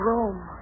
Rome